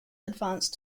advance